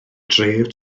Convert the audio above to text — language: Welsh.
dref